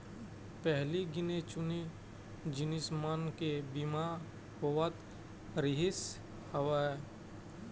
पहिली गिने चुने जिनिस मन के बीमा होवत रिहिस हवय